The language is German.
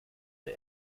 der